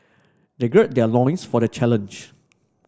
they gird their loins for the challenge